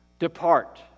Depart